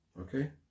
Okay